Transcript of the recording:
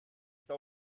sta